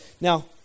Now